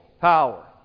power